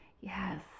Yes